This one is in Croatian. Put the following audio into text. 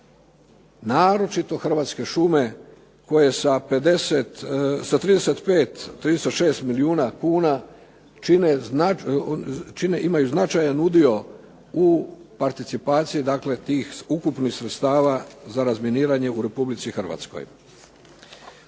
naročito Hrvatske šume koje sa 35, 36 milijuna kuna čine, imaju značajan udio u participaciji dakle tih ukupnih sredstava za razminiranje u Republici Hrvatskoj.